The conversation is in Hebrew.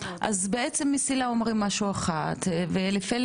אז בעצם מסיל"ה אומרים משהו אחד ואליפלט